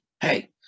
Hey